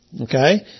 Okay